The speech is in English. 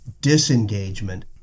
disengagement